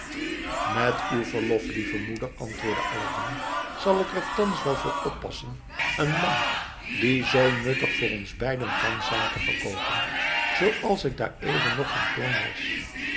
met uw verlof lieve moeder antwoordde aladdin zal ik er thans wel voor oppassen een lamp die zoo nuttig voor ons beiden kan zijn te verkoopen zooals ik daareven nog van plan was